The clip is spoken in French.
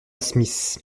smith